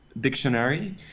dictionary